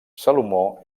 salomó